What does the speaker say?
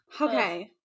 okay